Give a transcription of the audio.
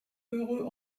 heureux